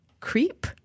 Creep